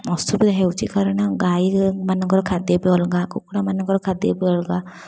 ଅସୁବିଧା ହେଉଛି କାରଣ ଗାଈମାନଙ୍କର ଖାଦ୍ୟପେୟ ଅଲଗା କୁକୁଡ଼ାମାନଙ୍କର ଖାଦ୍ୟପେୟ ଅଲଗା